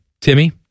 Timmy